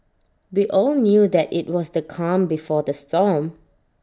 we all knew that IT was the calm before the storm